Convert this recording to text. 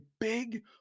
big